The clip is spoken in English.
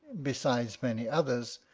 beside many others,